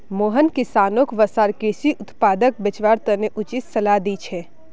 मोहन किसानोंक वसार कृषि उत्पादक बेचवार तने उचित सलाह दी छे